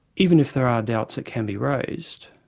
even if there are doubts that can be raised,